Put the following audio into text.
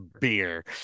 beer